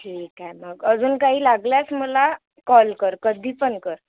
ठीक आहे मग अजून काही लागलेच मला कॉल कर कधी पण कर